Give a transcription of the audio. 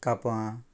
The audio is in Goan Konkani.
कापां